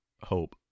hope